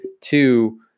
Two